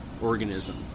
organism